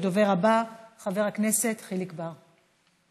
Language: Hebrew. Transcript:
הדובר הבא, חבר הכנסת חיליק בר,